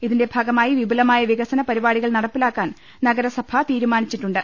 ഇതിന്റെ ഭാഗമായി വിപുലമായ വികസന പരിപാ ടികൾ നടപ്പാക്കാൻ നഗരസഭ തീരുമാനിച്ചിട്ടുണ്ട്